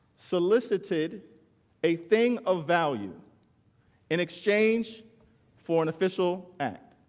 solicited a thing of value in exchange for an official act